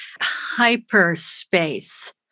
hyperspace